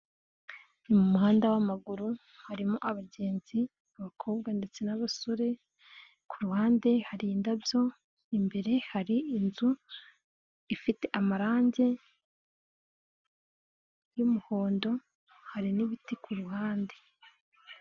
Mu muhanda w'amaguru harimo abagenzi, abakobwa ndetse n'abasore, ku ruhande hari indabyo, imbere hari inzu ifite amarangi y'umuhondo hari n'ibiti ku ruhande.